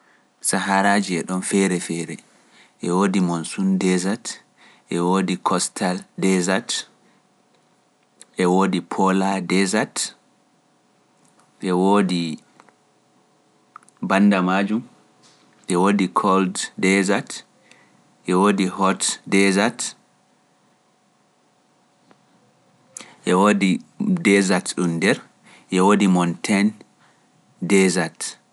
Sahaaraaji e ɗon feere-feere, e woodi Monsun desert, e woodi Constal desert, e woodi Polar desert, e woodi - bannda maajum, e woodi Cold desert, e woodi Hot desert, e woodi desert ɗum nder e woodi Mountain desert.